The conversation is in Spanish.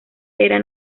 era